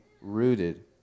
rooted